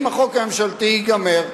אם החוק הממשלתי ייגמר,